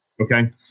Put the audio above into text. Okay